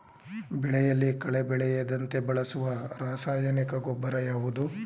ಬೆಳೆಯಲ್ಲಿ ಕಳೆ ಬೆಳೆಯದಂತೆ ಬಳಸುವ ರಾಸಾಯನಿಕ ಗೊಬ್ಬರ ಯಾವುದು?